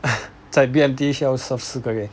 在 B_M_T 需要 serve 四个月